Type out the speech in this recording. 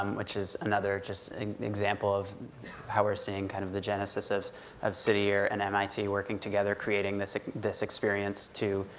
um which is another, just an example of how we're seeing kind of the genesis of of city year and mit working together, creating this this experience to